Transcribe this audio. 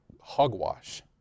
hogwash